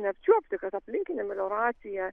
neapčiuopti kad aplinkinė melioracija